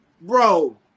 Bro